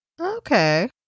Okay